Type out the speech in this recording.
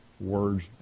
words